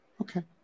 Okay